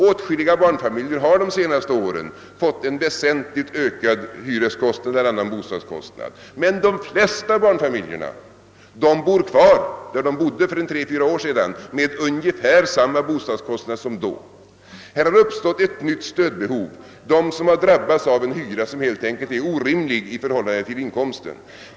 Åtskilliga barnfamiljer har under de senaste åren fått en väsentligt ökad hyreskostnad eller annan bostadskostnad, men de flesta barnfamiljerna bor kvar där de bodde för tre—fyra år sedan med ungefär samma bostadskostnad som då. Det har uppstått ett nytt stödbehov för dem som drabbats av en hyra, som helt enkelt är orimlig i förhållande till inkomsten.